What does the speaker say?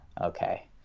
okay